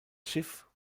schiff